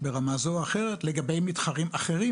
ברמה כזו או אחרת לגבי מתחרים אחרים